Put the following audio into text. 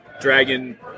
Dragon